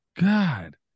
God